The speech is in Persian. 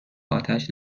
اتش